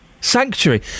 Sanctuary